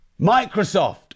Microsoft